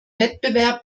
wettbewerb